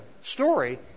story